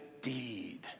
deed